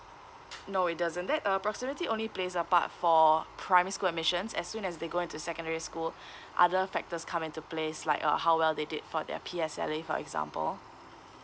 no it doesn't that uh proximity only plays a part for primary school admissions as soon as they go into secondary school other factors come into plays like uh how well they did for their P_S_L_E for example